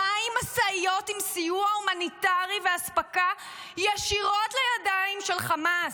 משאיות עם סיוע הומניטרי ואספקה ישירות לידיים של חמאס.